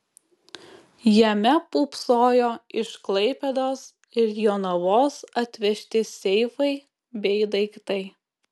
jame pūpsojo iš klaipėdos ir jonavos atvežti seifai bei daiktai